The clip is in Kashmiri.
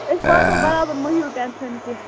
أسۍ واتو برابر مَہ ہیٚیِو ٹٮ۪نشَن کیٚنٛہہ